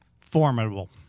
Formidable